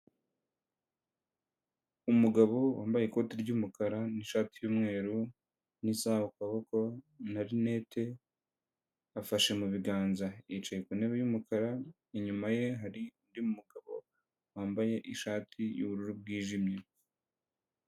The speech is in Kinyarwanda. Umugabo wambaye ikoti ry'umukara, n'ishati y'umweru, n'isaha ku kuboko, na rinete afashe mu biganza yicaye ku ntebe y'umukara, inyuma ye hari undi mugabo wambaye ishati y'ubururu bwijimye.